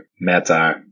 meta